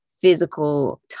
physical